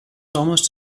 almost